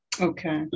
Okay